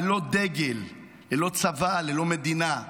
ללא דגל, ללא צבא, ללא מדינה,